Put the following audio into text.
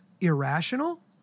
irrational